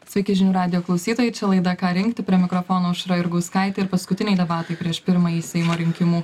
sveiki žinių radijo klausytojai čia laida ką rinkti prie mikrofono aušra jurgauskaitė ir paskutiniai debatai prieš pirmąjį seimo rinkimų